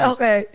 Okay